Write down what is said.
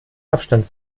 abstand